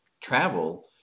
travel